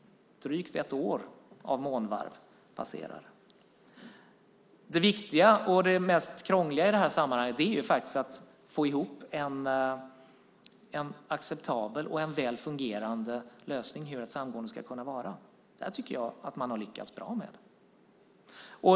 Drygt ett år av månvarv passerar. Det viktiga och det mest krångliga i sammanhanget är att få ihop en acceptabel och en väl fungerande lösning för hur ett samgående ska vara. Det tycker jag att man har lyckats bra med.